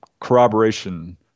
corroboration